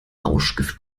rauschgift